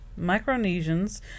Micronesians